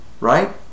right